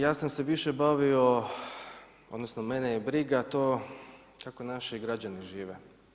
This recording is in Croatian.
Ja sam se više bavio odnosno mene je briga to kako naši građani žive.